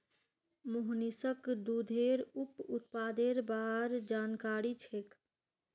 मोहनीशक दूधेर उप उत्पादेर बार जानकारी छेक